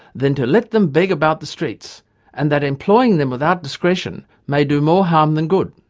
then to let them beg about the streets and that employing them without discretion, may do more harm than good'.